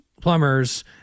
plumbers